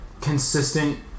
consistent